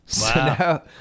Wow